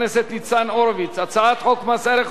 הצעת חוק מס ערך מוסף (תיקון,